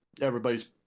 everybody's